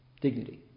dignity